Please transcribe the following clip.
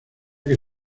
que